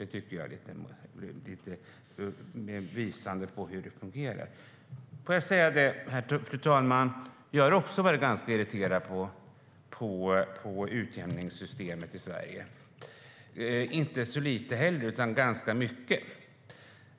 Det tycker jag visar lite av hur det fungerar. Fru talman! Jag har också varit irriterad på utjämningssystemet i Sverige - inte så lite heller, utan ganska mycket.